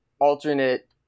alternate